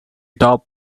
top